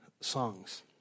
songs